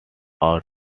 out